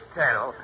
tell